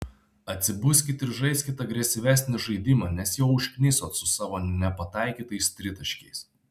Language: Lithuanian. atsibuskit ir žaiskit agresyvesnį žaidimą nes jau užknisot su savo nepataikytais tritaškiais